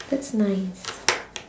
that's nice